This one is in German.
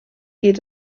geht